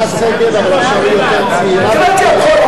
הקראתי הכול.